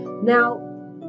Now